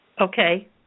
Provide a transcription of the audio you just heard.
Okay